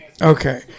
Okay